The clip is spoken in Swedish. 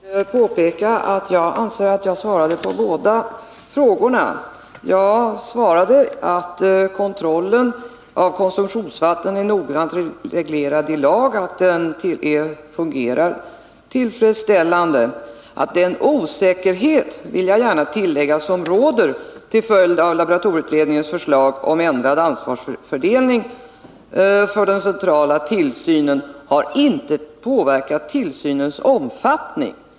Herr talman! Jag måste påpeka att jag anser att jag svarade på båda frågorna. Jag svarade att kontrollen av konsumtionsvatten är noggrant reglerad i lag, att den fungerar tillfredsställande. Jag vill gärna tillägga att den osäkerhet som råder till följd av laboratorieutredningens förslag om ändrad ansvarsfördelning för den centrala tillsynen inte har påverkat tillsynens omfattning.